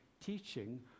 teaching